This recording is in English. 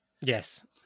Yes